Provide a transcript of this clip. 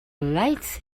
lights